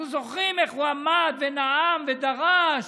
אנחנו זוכרים איך הוא עמד ונאם ודרש: